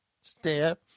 Step